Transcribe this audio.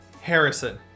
Harrison